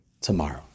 tomorrow